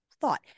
thought